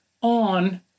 on